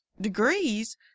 degrees